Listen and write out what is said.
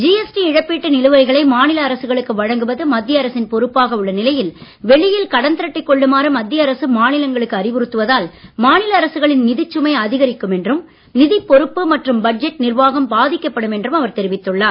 GST இழப்பீட்டு நிலுவைகளை மாநில அரசுகளுக்கு வழங்குவது மத்திய அரசின் பொறுப்பாக உள்ள நிலையில் வெளியில் கடன் திரட்டிக் கொள்ளுமாறு மத்திய அரசு மாநிலங்களுக்கு அறிவுறுத்துவதால் மாநில அரசுகளின் நிதிச் சுமை அதிகரிக்கும் என்றும் நிதிப் பொறுப்பு மற்றும் பட்ஜெட் நிர்வாகம் பாதிக்கப்படும் என்றும் அவர் தெரிவித்துள்ளார்